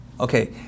Okay